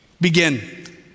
Begin